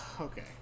Okay